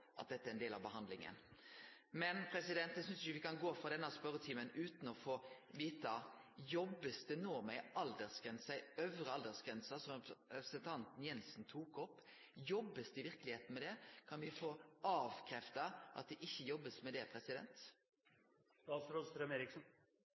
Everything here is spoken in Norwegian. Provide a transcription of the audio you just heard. dette som ein del av behandlinga. Men eg synest ikkje me kan gå frå denne spørjetimen utan å få vete: Jobbar ein no med ei øvre aldersgrense, som representanten Jensen tok opp? Jobbar ein i verkelegheita med det? Kan me få avkrefta det – at ein ikkje jobbar med det?